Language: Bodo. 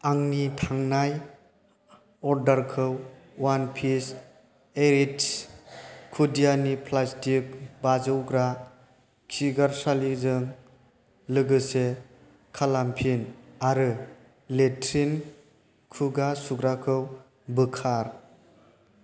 आंनि थांनाय अर्डारखौ अवान पिस एरिस्ट' खुदियानि प्लास्टिक बाजौग्रा खिगारसालिजों लोगोसे खालामफिन आरो लेस्टेरिन खुगा सुग्राखौ बोखार